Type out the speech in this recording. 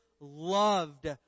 loved